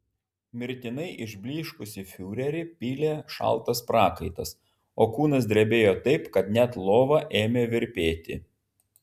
mirtinai išblyškusį fiurerį pylė šaltas prakaitas o kūnas drebėjo taip kad net lova ėmė virpėti